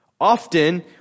Often